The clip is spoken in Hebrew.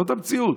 זאת המציאות.